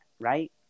Right